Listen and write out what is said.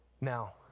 Now